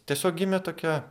tiesiog gimė tokia